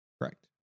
Correct